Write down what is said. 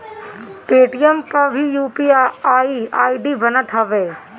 Paytm पअ भी UPI ID बनत हवे